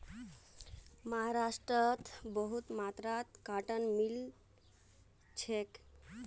महाराष्ट्रत बहुत मात्रात कॉटन मिल छेक